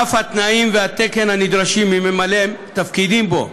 ואף את התנאים והתקן הנדרשים מממלאי תפקידים בו.